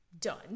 done